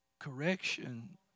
Correction